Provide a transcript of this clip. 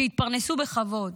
שהתפרנסו בכבוד,